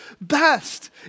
best